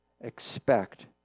expect